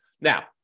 Now